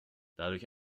dadurch